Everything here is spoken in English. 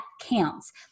counts